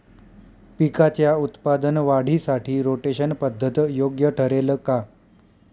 पिकाच्या उत्पादन वाढीसाठी रोटेशन पद्धत योग्य ठरेल का?